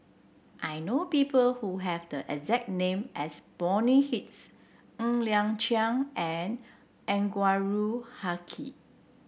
I know people who have the exact name as Bonny Hicks Ng Liang Chiang and Anwarul Haque